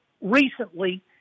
recently